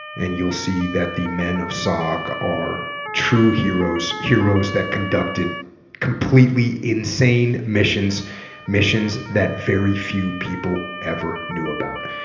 and you'll see that the men of sog are true heroes heroes that conducted completely insane missions missions that very few people ever knew about